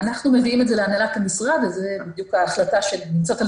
אנחנו מביאים את זה להנהלת המשרד אז זו בדיוק ההחלטה שנמצאת על